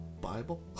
Bible